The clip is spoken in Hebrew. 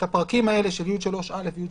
הפרקים האלה של י3א ו-י3ב.